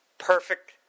Perfect